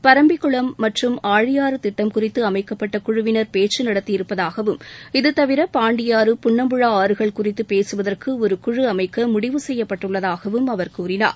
பரம்பிக்குளம் மற்றும் ஆழியாறு திட்டம் குறித்து அமைக்கப்பட்ட குழுவினர் பேச்சு நடத்தியிருப்பதாகவும் இது தவிர பாண்டியாறு புன்னம்புழா ஆறுகள் குறித்து பேசுவதற்கு ஒரு குழு அமைக்க முடிவு செய்துள்ளதாகவும் அவர் கூறினார்